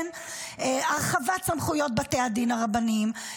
הרחבת סמכויות בתי הדין הרבניים,